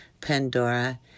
Pandora